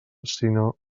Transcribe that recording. sinó